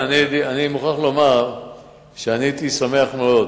אני מוכרח לומר שאני הייתי שמח מאוד